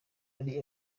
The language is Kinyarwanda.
hari